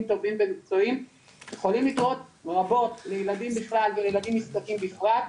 טובים ומקצועיים יכולים לתרום רבות לילדים בכלל ולילדים נזקקים בפרט,